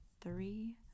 three